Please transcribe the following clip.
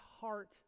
heart